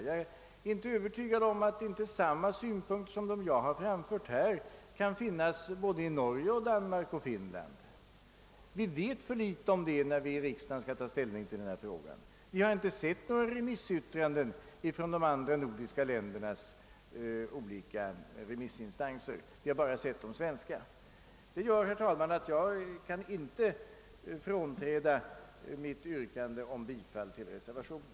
Jag är inte övertygad om att inte samma synpunkter som de jag här har framfört kan framföras i Norge, Danmark och Finland. Vi vet för litet om det, när vi i riksdagen skall ta ställning till denna fråga. Vi har inte sett några remissyttranden från de andra nordiska ländernas olika remissinstanser. Vi har bara sett de svenska remissinstansernas yttranden. Jag kan därför herr talman, inte frånträda mitt yrkande om bifall till reservationen.